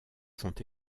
sont